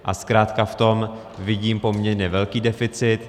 A zkrátka v tom vidím poměrně velký deficit.